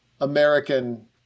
American